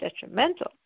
detrimental